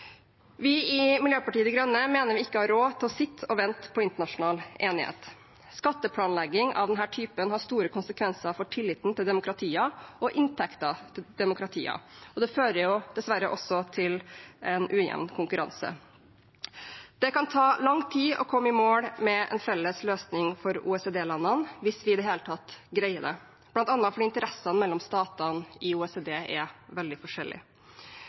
Vi i Miljøpartiet De Grønne mener vi ikke har råd til å sitte og vente på internasjonal enighet. Skatteplanlegging av denne typen har store konsekvenser for tilliten til demokratier og inntekter til demokratier, og det fører dessverre også til en ujevn konkurranse. Det kan ta lang tid å komme i mål med en felles løsning for OECD-landene, hvis vi det hele tatt greier det, bl.a. fordi interessene mellom statene i OECD er veldig